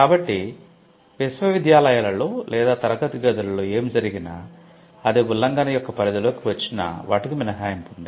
కాబట్టి విశ్వవిద్యాలయాలలో లేదా తరగతి గదులలో ఏమి జరిగినా అది ఉల్లంఘన యొక్క పరిధిలోకి వచ్చినా వాటికి మినహాయింపు ఉంది